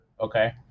okay